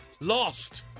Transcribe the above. lost